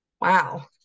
Wow